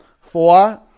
four